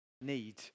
need